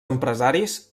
empresaris